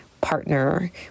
partner